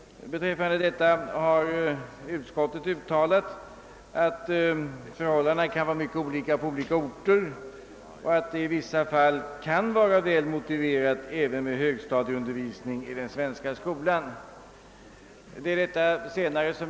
Utskottet har om detta ut :alat att förhållandena kan vara mycket zarierande på olika orter och att det i vissa fall kan vara väl motiverat med högstadieundervisning i den svenska skolan utomlands.